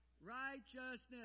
righteousness